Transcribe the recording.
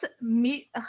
meet